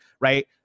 right